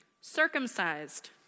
circumcised